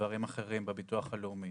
לדברים אחרים בביטוח הלאומי.